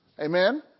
Amen